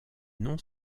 non